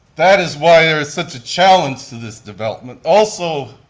that is why there is such a challenge to this development. also,